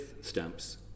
stamps